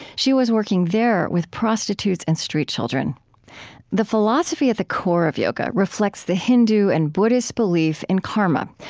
she was working there with prostitutes and street children the philosophy at the core of yoga reflects the hindu and buddhist belief in karma,